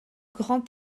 grand